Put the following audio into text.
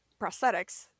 Prosthetics